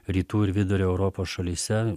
rytų ir vidurio europos šalyse